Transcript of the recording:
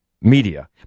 media